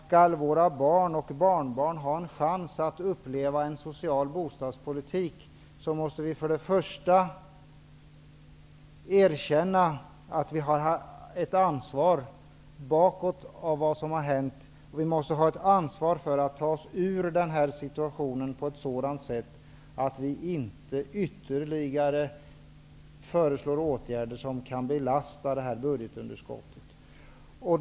Skall våra barn och barnbarn ha en chans att uppleva en social bostadspolitik måste vi för det första erkänna att vi har ett ansvar bakåt för vad som har hänt, och vi måste ha ett ansvar för att ta oss ur den här situationen på ett sådan sätt att vi inte föreslår ytterligare åtgärder som kan belasta detta budgetunderskott.